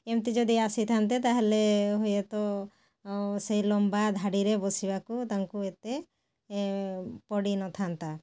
ଏମିତି ଯଦି ଆସିଥାନ୍ତେ ତା'ହେଲେ ହୁଏତ ସେଇ ଲମ୍ବାଧାଡ଼ିରେ ବସିବାକୁ ତାଙ୍କୁ ଏତେ ପଡ଼ିନଥାନ୍ତା